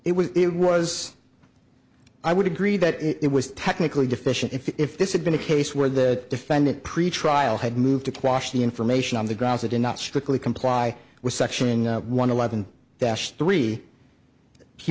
it was it was i would agree that it was technically deficient if this had been a case where the defendant pretrial had moved to quash the information on the grounds it did not strictly comply with section one eleven dash three he